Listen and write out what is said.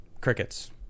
Crickets